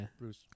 Bruce